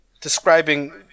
describing